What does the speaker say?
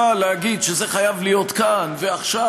אבל להגיד שזה חייב להיות כאן ועכשיו